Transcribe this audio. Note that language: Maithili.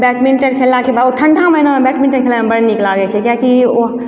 बैटमिंटन खेललाके बाद ओ ठण्डा महीनामे बैटमिंटन खेलाइमे बड़ नीक लागय छै किएक कि ओ